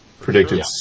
predicted